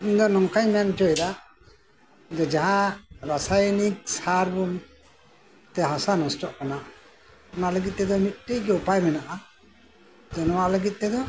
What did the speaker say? ᱤᱧ ᱫᱚ ᱱᱚᱝᱠᱟᱹᱧ ᱢᱮᱱ ᱚᱪᱚᱭᱮᱫᱟ ᱡᱟᱦᱟ ᱨᱟᱥᱟᱭᱚᱱᱚᱠ ᱥᱟᱨ ᱵᱩᱱ ᱦᱟᱥᱟ ᱱᱚᱥᱴᱚᱜ ᱠᱟᱱᱟ ᱚᱱᱟ ᱞᱟᱹᱜᱤᱫ ᱛᱮᱫᱚ ᱢᱤᱫ ᱴᱤᱡᱜᱮ ᱩᱯᱟᱭ ᱢᱮᱱᱟᱜᱼᱟ ᱡᱮ ᱱᱚᱣᱟ ᱞᱟᱹᱜᱤᱫ ᱛᱮᱫᱚ